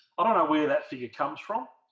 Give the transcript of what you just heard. i don't know where that figure comes from